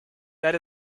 that